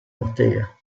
ortega